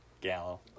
Gallo